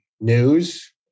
news